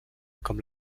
com